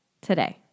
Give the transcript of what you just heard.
Today